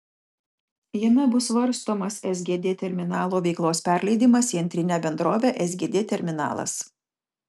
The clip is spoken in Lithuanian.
jame bus svarstomas sgd terminalo veiklos perleidimas į antrinę bendrovę sgd terminalas